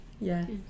Yes